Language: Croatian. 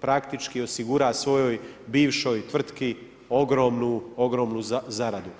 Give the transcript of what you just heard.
praktički osigura svojoj bivšoj tvrtki ogromnu ogromnu zaradu.